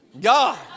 God